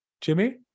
jimmy